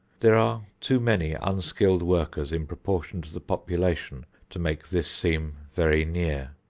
there are too many unskilled workers in proportion to the population to make this seem very near.